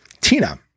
Tina